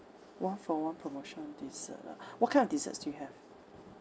one for one promotion dessert ah what kind of desserts do you have